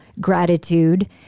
gratitude